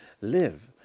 live